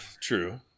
true